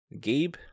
Gabe